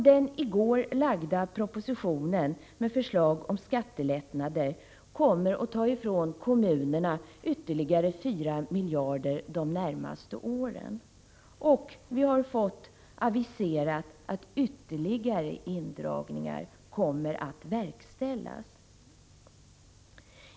Den i går lagda propositionen med förslag om skattelättnader kommer att ta ifrån kommunerna ytterligare 4 miljarder de närmaste åren. Vi har dessutom fått aviserat att ytterligare indragningar kommer att verkställas.